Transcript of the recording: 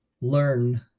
learn